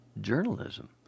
Journalism